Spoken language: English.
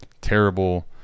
terrible